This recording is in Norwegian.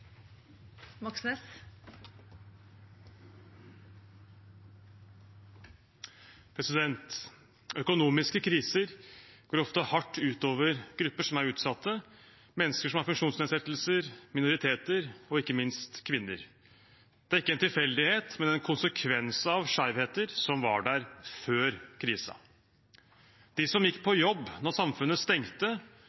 mennesker som har funksjonsnedsettelser, minoriteter og ikke minst kvinner. Det er ikke en tilfeldighet, men en konsekvens av skjevheter som var der før krisen. De som gikk på